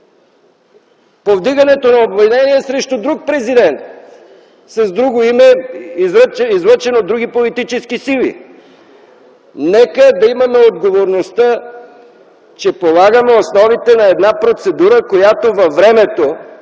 повдигането на обвинение срещу друг президент с друго име, излъчен от други политически сили. Нека да имаме отговорността, че полагаме основите на една процедура, която във времето